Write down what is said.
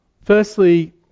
Firstly